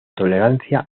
tolerancia